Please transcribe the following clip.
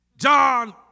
John